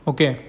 Okay